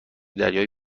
دریایی